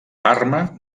parma